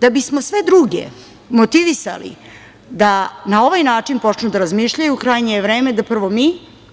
Da bismo sve druge motivisali da na ovaj način počnu da razmišljaju, krajnje je vreme da prvo mi,